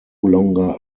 longer